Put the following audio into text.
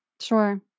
Sure